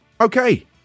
Okay